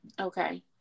Okay